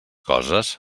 coses